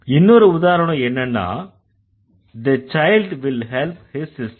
இன்னொரு உதாரணம் என்னன்னா the child will help his sister